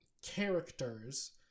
characters